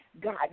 God